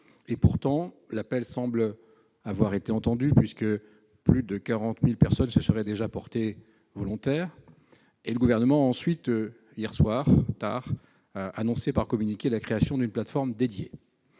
? Pourtant, l'appel semble avoir été entendu, puisque plus de 40 000 personnes se seraient déjà portées volontaires. Hier soir, tard, le Gouvernement a annoncé par communiqué la création d'une plateforme dédiée.